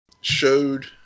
showed